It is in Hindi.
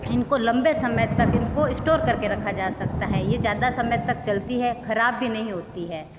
इनको लंबे समय तक इनको इस्टोर करके रखा जा सकता है ये ज़्यादा समय तक चलती है खराब भी नहीं होती है